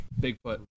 Bigfoot